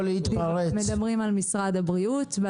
מדברים על משרד הבריאות.